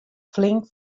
flink